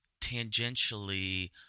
tangentially